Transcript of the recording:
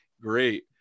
great